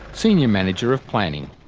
senior manager of planning.